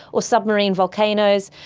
or submarine volcanoes.